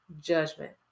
judgment